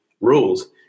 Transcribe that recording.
rules